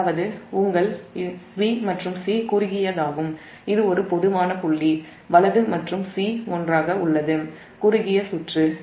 அதாவது இது உங்கள் b மற்றும் c குறுகியதாகும் இது ஒரு பொதுவான புள்ளி மற்றும் c ஒன்றாக குறுகிய சுற்று உள்ளது